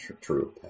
true